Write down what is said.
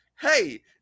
hey